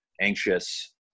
anxious